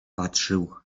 patrzył